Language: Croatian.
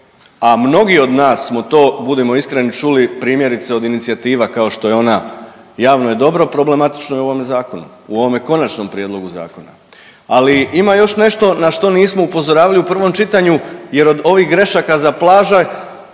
a mnogi od nas smo to, budimo iskreni, čuli primjerice od inicijativa kao što je ona javno je dobro, problematično je u ovome zakonu, u ovome Konačnom prijedlogu zakona. Ali ima još nešto na što nismo upozoravali u prvom čitanju jer od ovih grešaka za plaže,